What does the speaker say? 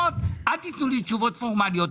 אל תיתנו לי תשובות פורמליות.